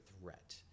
threat